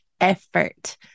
effort